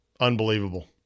unbelievable